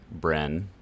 bren